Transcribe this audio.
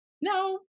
no